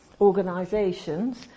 organisations